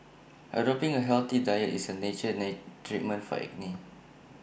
adopting A healthy diet is A nature treatment for acne